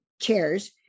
chairs